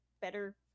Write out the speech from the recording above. better